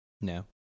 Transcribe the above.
No